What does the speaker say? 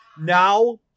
now